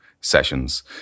sessions